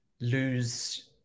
lose